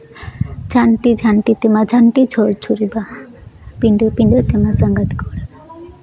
ᱡᱷᱟᱹᱱᱴᱤ ᱡᱷᱟᱹᱱᱴᱤ ᱛᱮᱢᱟ ᱡᱷᱟᱹᱱᱴᱤ ᱡᱷᱳᱨ ᱡᱷᱩᱨᱤ ᱵᱟᱦᱟ ᱯᱤᱰᱟᱹ ᱯᱤᱰᱟᱹ ᱛᱮᱢᱟ ᱥᱟᱸᱜᱟᱛ ᱠᱚᱲᱟ